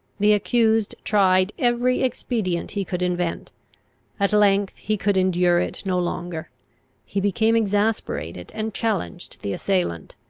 the accused tried every expedient he could invent at length he could endure it no longer he became exasperated, and challenged the assailant.